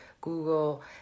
Google